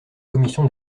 commission